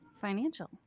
Financial